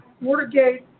Watergate